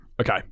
Okay